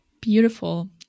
Beautiful